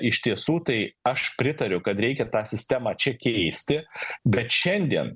iš tiesų tai aš pritariu kad reikia tą sistemą čia keisti bet šiandien